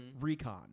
recon